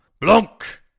Blanc